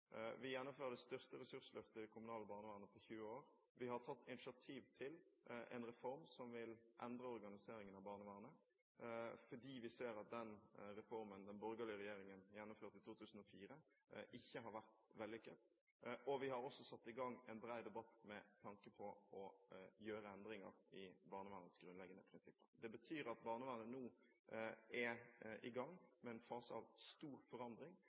gjennomfører det største ressursløftet i det kommunale barnevernet på 20 år. Vi har tatt initiativ til en reform som vil endre organiseringen av barnevernet, for vi har sett at den reformen den borgerlige regjeringen gjennomførte i 2004, ikke har vært vellykket. Vi har også satt i gang en bred debatt med tanke på å gjøre endringer i barnevernets grunnleggende prinsipper. Det betyr at barnevernet nå er i gang med en fase med stor forandring.